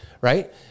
right